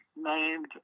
named